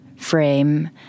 frame